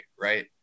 right